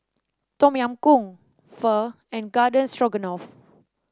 Tom Yam Goong Pho and Garden Stroganoff